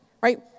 right